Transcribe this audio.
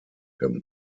him